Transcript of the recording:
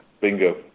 Bingo